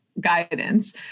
guidance